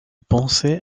pensait